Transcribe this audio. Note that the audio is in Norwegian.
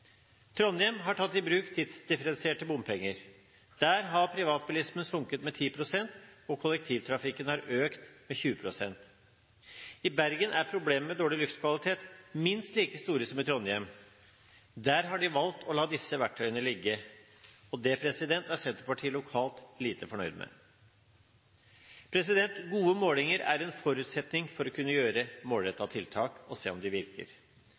Trondheim har tatt i bruk tidsdifferensierte bompenger. Der har privatbilismen sunket med 10 pst., og kollektivtrafikken har økt med 20 pst. I Bergen er problemene med dårlig luftkvalitet minst like store som i Trondheim. Der har de valgt å la disse verktøyene ligge. Det er Senterpartiet lokalt lite fornøyd med. Gode målinger er en forutsetning for å kunne gjøre målrettede tiltak og se om de virker.